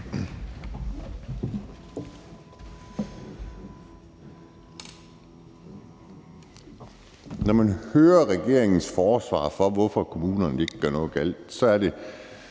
Når man hører regeringens forsvar for, hvorfor kommunerne ikke kan gøre noget galt, sidder